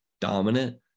dominant